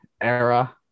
era